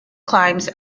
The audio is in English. climbs